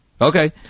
Okay